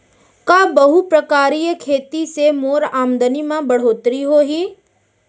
का बहुप्रकारिय खेती से मोर आमदनी म बढ़होत्तरी होही?